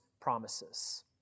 promises